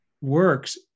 works